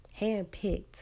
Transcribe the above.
handpicked